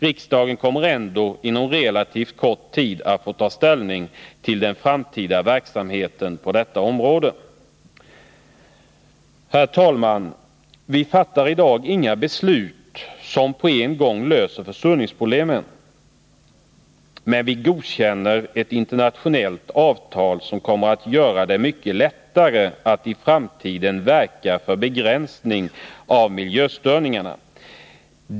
Riksdagen kommer ändå inom relativt kort tid att få ta ställning till den framtida verksamheten på detta område. Herr talman! Vi fattar i dag inga beslut som på en gång löser försurningsproblemen. Men vi godkänner ett internationellt avtal som kommer att göra det mycket lättare att i framtiden verka för begränsning av miljöstörningarna.